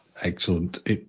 Excellent